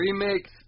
remakes